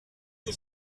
que